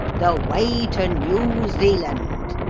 the way to new zealand!